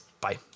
Bye